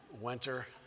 winter